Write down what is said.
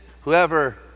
whoever